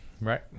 right